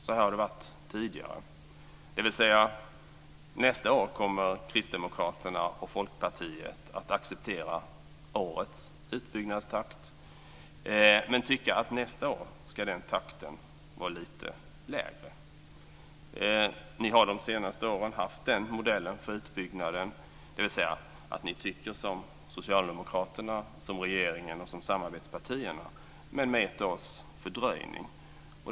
Så har det varit tidigare, dvs. att nästa år kommer Kristdemokraterna och Folkpartiet att acceptera årets utbyggnadstakt men tycker att nästa år ska den takten vara lite lägre. Ni har de senaste åren haft den modellen för utbyggnaden. Ni tycker som Socialdemokraterna, som regeringen och samarbetspartierna, men med ett års fördröjning.